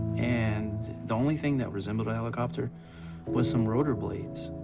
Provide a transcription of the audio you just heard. and the only thing that resembled a helicopter was some rotor blades.